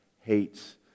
hates